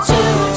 Two